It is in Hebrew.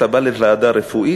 אתה בא לוועדה רפואית,